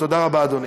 תודה רבה, אדוני.